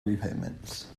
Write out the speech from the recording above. repayments